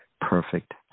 perfect